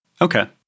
Okay